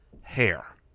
hair